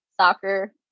soccer